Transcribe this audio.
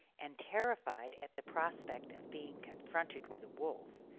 and terrified at the prospect of being confronted with a wolf,